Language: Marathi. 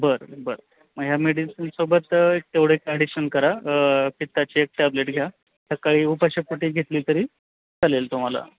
बर बर मग ह्या मेडिसिनसोबत एक तेवढं एक ॲडिशन करा पित्ताची एक टॅब्लेट घ्या सकाळी उपाशीपोटी घेतली तरी चालेल तुम्हाला